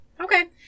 Okay